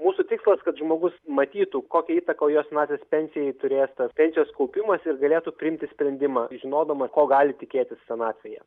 mūsų tikslas kad žmogus matytų kokią įtaką jo senatvės pensijai turės tas pensijos kaupimas ir galėtų priimti sprendimą žinodamas ko gali tikėtis senatvėje